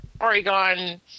Oregon